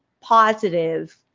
positive